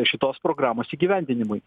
šitos programos įgyvendinimui